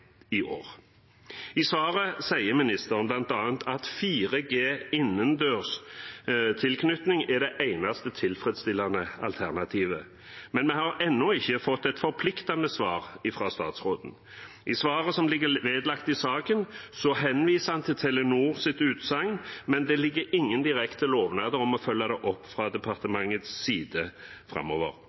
i år. I svaret sier ministeren bl.a. at 4G-dekning innendørs er det eneste tilfredsstillende alternativet. Men vi har ennå ikke fått et forpliktende svar fra statsråden. I svaret som ligger vedlagt i saken, henviser han til Telenors utsagn, men det ligger ingen direkte lovnader om å følge det opp fra departementets side framover.